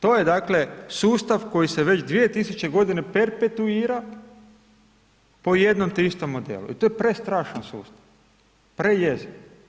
To je dakle sustav koji se već 2000 godina perpetuira po jednom te istom modelu i to je prestrašan sustav, prejeziv.